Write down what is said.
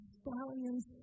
stallions